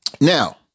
Now